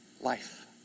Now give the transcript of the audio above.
life